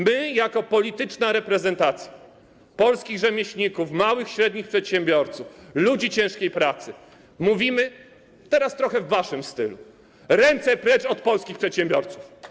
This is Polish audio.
My jako polityczna reprezentacja polskich rzemieślników, małych i średnich przedsiębiorców, ludzi ciężkiej pracy, mówimy - teraz trochę w waszym stylu - ręce precz od polskich przedsiębiorców.